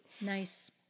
Nice